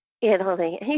Italy